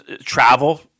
Travel